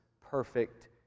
perfect